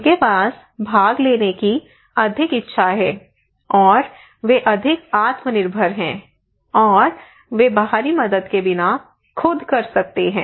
उनके पास भाग लेने की अधिक इच्छा है और वे अधिक आत्मनिर्भर हैं और वे बाहरी मदद के बिना खुद कर सकते हैं